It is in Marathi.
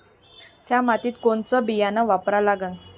थ्या मातीत कोनचं बियानं वापरा लागन?